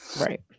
Right